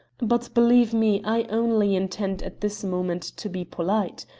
but, believe me, i only intend at this moment to be polite.